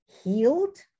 healed